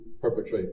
perpetrate